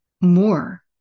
more